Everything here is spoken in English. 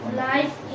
life